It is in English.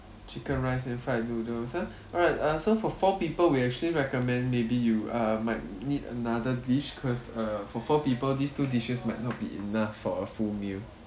chicken rice and fried noodles ah all right uh so for four people we actually recommend maybe you err might need another dish cause uh for four people these two dishes might not be enough for a full meal